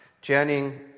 Journeying